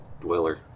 dweller